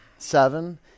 seven